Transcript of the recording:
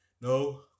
no